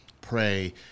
pray